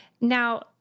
Now